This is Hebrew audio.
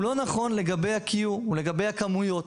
הוא לא נכון לגבי ה-Q לגבי הכמויות.